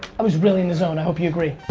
i was really in the zone. i hope you agree.